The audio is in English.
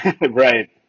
Right